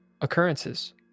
Occurrences